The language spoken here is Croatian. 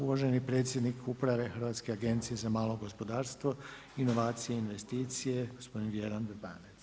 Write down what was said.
Uvaženi predsjednik uprave Hrvatske agencije za malo gospodarstvo, inovacije i investicije gospodin Vjeran Vrbanec.